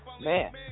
Man